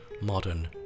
modern